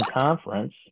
conference